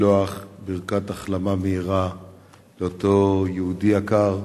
לשלוח ברכת החלמה מהירה לאותו יהודי יקר,